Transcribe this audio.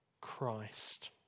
Christ